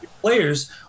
players